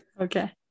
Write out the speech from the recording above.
Okay